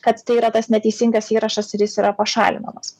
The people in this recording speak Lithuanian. kad tai yra tas neteisingas įrašas ir jis yra pašalinamas